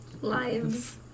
Lives